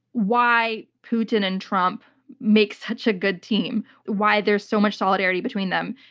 why putin and trump make such a good team, why there's so much solidarity between them.